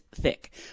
thick